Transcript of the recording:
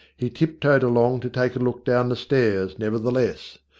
he tip toed along to take a look down the stairs, nevertheless.